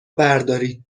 بردارید